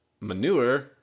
Manure